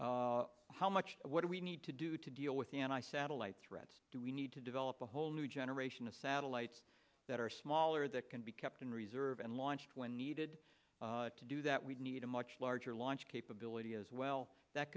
loiter how much what do we need to do to deal with an eye satellite threat do we need to develop a whole new generation of satellites that are smaller that can be kept in reserve and launched when needed to do that we need a much larger launch capability as well that